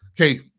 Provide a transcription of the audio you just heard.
Okay